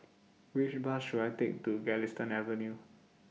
Which Bus should I Take to Galistan Avenue